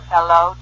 Hello